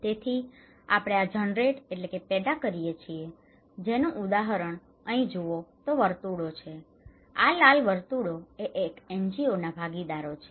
તેથી આપણે આ જનરેટ generate પેદા કરીએ છીએ જેનું ઉદાહરણ અહીં જુઓ તો વર્તુળો છે આ લાલ વર્તુળો એ એનજીઓના ભાગીદારો છે